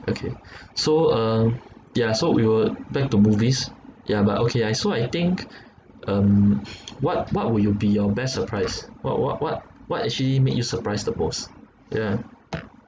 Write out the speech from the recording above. okay so um yeah so we were back to movies yeah but okay I so I think um what what will you be your best surprise what what what what actually made you surprised the most yeah